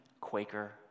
Quaker